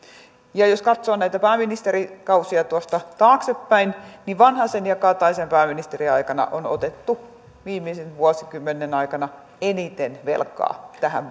ja jos katsoo näitä pääministerikausia tuosta taaksepäin niin vanhasen ja kataisen pääministeriaikana on otettu viimeisen vuosikymmenen aikana eniten velkaa tähän